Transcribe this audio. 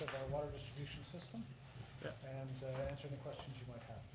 large distribution system and answer any questions you might have.